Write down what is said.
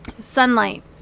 Sunlight